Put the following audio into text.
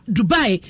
Dubai